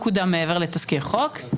בתזכיר האחרון של חוק-יסוד: